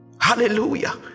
hallelujah